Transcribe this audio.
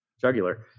Jugular